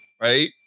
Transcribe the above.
right